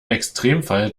extremfall